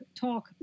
talk